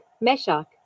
Meshach